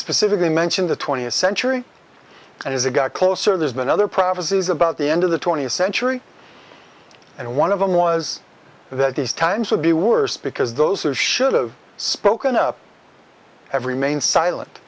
specifically mentioned the twentieth century and as it got closer there's been other prophecies about the end of the twentieth century and one of them was that these times would be worse because those are should've spoken up every main silent